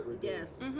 yes